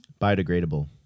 biodegradable